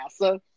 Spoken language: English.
NASA